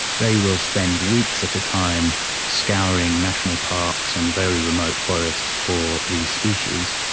they will spend weeks at a time scouring national parks and very remote forests for these species.